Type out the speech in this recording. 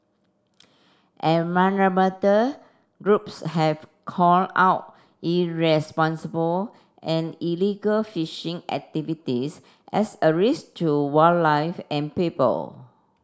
environmental groups have call out irresponsible and illegal fishing activities as a risk to wildlife and people